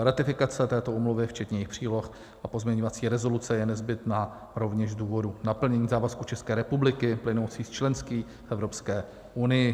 Ratifikace této úmluvy včetně jejích příloh a pozměňovací rezoluce je nezbytná rovněž z důvodu naplnění závazku České republiky plynoucí z členství v Evropské unii.